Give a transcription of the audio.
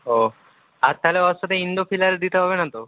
ও আর তাহলে ওর সাথে ইন্দু ফিলার দিতে হবে না তো